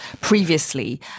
Previously